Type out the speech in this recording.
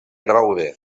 roure